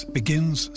begins